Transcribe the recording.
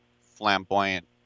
flamboyant